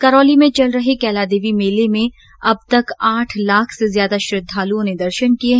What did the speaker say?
करौली में चल रहे कैलादेवी देवी मेले में अब तक आठ लाख से ज्यादा श्रद्धालुओं ने दर्शन किये